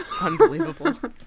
unbelievable